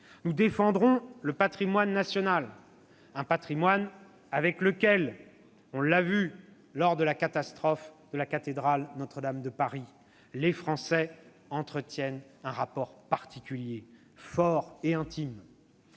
Nous défendrons le patrimoine national ; un patrimoine avec lequel, on l'a vu lors de la catastrophe de la cathédrale de Notre-Dame, les Français entretiennent un rapport fort et intime.